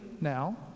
now